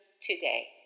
today